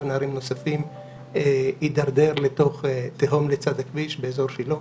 נערים נוספים הידרדר לתוך תהום לצד הכביש באזור שילה.